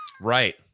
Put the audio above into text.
Right